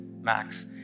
max